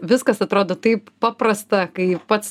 viskas atrodo taip paprasta kai pats